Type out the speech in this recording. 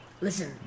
Listen